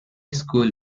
school